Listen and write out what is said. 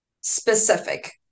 specific